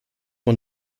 won